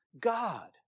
God